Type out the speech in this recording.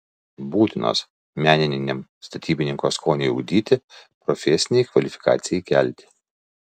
būtinos meniniam statybininko skoniui ugdyti profesinei kvalifikacijai kelti